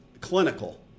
clinical